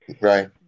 Right